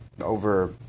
Over